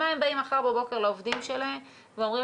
עם מה הם באים מחר בבוקר לעובדים שלהם ומודיעים